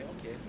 okay